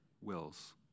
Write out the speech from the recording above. wills